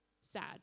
sad